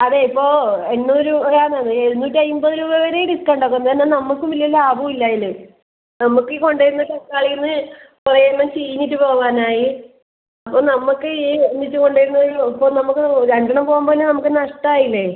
അതെ ഇപ്പോള് എണ്ണൂറ് രൂപയാണ് എഴുന്നൂറ്റമ്പത് രൂപ വരെ ഡിസ്കൗണ്ട് അതുകൊണ്ട് തന്നെ നമ്മള്ക്കും വല്യ ലാഭമില്ല അതില് നമ്മള്ക്ക് ഈ കൊണ്ടുവരുന്ന തക്കാളീന്ന് കുറേ എണ്ണം ചീഞ്ഞിട്ട് പോവാനായി അപ്പോള് നമ്മക്ക് ഈ ഒന്നിച്ച് കൊണ്ടുവരുന്നതിൽ ഇപ്പോള് നമ്മക്ക് രണ്ട് എണ്ണം പോവുമ്പോള് തന്നെ നമ്മക്ക് നഷ്ടമായില്ലേ